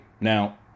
Now